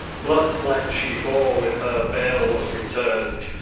blood-flecked, she bore with her bale was returned,